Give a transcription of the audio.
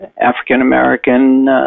African-American